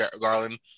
Garland